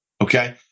okay